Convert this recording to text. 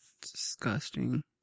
Disgusting